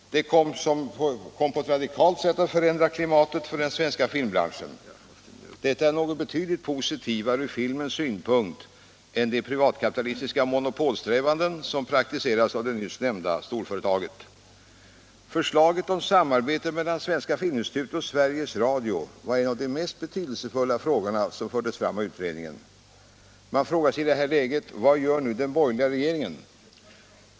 Detta kom på ett radikalt sätt att förändra klimatet för den svenska filmbranschen. Detta är något betydligt positivare ur filmens synpunkt än de privatkapitalistiska monopolsträvanden som praktiseras av det nyss nämnda storföretaget. Förslaget om ett samarbete mellan Svenska filminstitutet och Sveriges Radio var en av de mest betydelsefulla frågor som fördes fram av utredningen. Man frågar sig i detta läge: Vad gör nu den borgerliga regeringen?